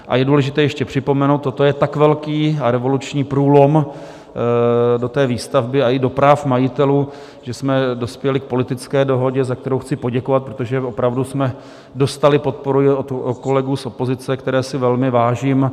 A je důležité ještě připomenout, toto je tak velký a revoluční průlom do té výstavby i do práv majitelů, že jsme dospěli k politické dohodě, za kterou chci poděkovat, protože opravdu jsme dostali podporu i od kolegů z opozice, které si velmi vážím.